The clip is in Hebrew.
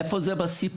איפה זה בסיפור?